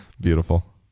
Beautiful